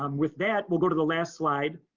um with that, we'll go to the last slide.